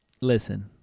Listen